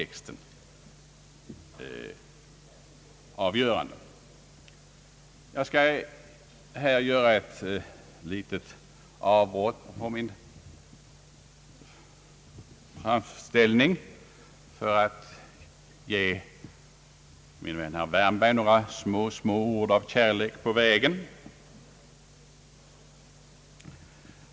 Jag skall här göra ett litet avbrott i min framställning för att ge min vän herr Wärnberg några ord på vägen — några små, små ord av kärlek.